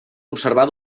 observar